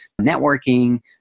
networking